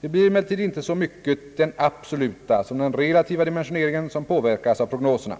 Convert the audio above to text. Det blir emellertid inte så mycket den absoluta som den relativa dimensioneringen som påverkas av prognoserna.